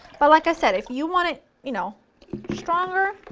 but like i said if you want it you know stronger,